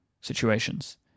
situations